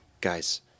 guys